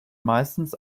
meistens